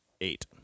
Eight